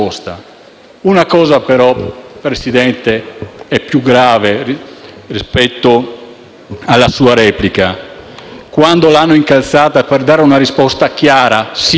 Una cosa però, Presidente, è più grave rispetto alla sua replica: quando l'hanno incalzata per dare una risposta chiara, un sì, sì